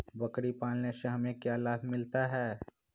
बकरी पालने से हमें क्या लाभ मिलता है?